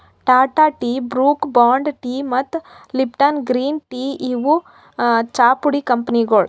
Tata tea, Brooke Bond tea ಮತ್ತ್ Lipton green tea ಇವ್ ಚಾಪುಡಿ ಕಂಪನಿಗೊಳ್